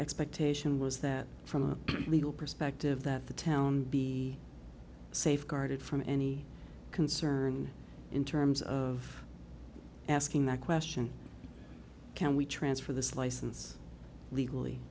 expectation was that from a legal perspective that the town be safeguarded from any concern in terms of asking that question can we transfer this license legally